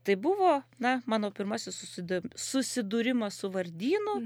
tai buvo na mano pirmasis susidom susidūrimas su vardynu